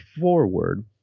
forward